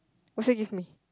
also give me